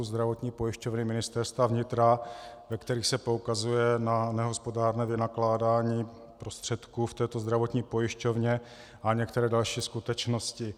Zdravotní pojišťovny Ministerstva vnitra, ve kterých se poukazuje na nehospodárné vynakládání prostředků v této zdravotní pojišťovně a některé další skutečnosti.